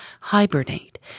hibernate